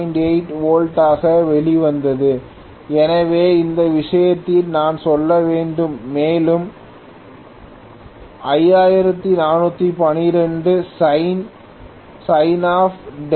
8 volt ஆக வெளிவந்தது எனவே இந்த விஷயத்தில் நான் சொல்ல வேண்டும் மேலும் |5412 sin |524